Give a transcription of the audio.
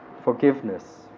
forgiveness